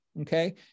okay